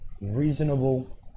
reasonable